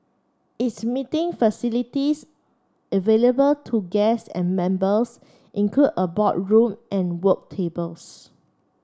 its meeting facilities available to guests and members include a boardroom and work tables